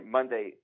Monday